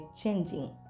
changing